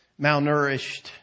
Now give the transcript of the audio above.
malnourished